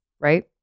right